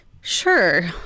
Sure